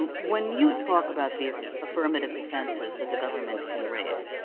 when you talk about the affirmative defenses that the government can raise,